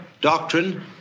doctrine